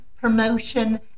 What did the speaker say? promotion